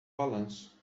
balanço